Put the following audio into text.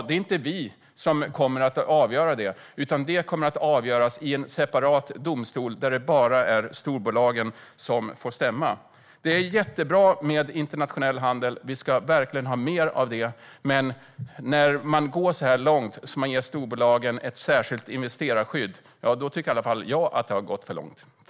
Det är inte vi som kommer att avgöra det, utan det kommer att avgöras i en separat domstol där det bara är storbolagen som får stämma. Det är jättebra med internationell handel; vi ska verkligen ha mer av det. Men när man går så långt att man ger storbolagen ett särskilt investerarskydd tycker i alla fall jag att det har gått för långt.